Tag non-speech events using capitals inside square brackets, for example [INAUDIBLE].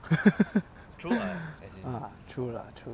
[LAUGHS] true lah true